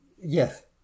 Yes